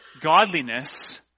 godliness